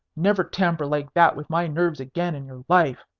never tamper like that with my nerves again in your life.